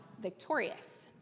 victorious